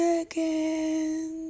again